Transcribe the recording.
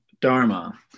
Dharma